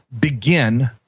begin